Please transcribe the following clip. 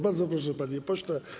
Bardzo proszę, panie pośle.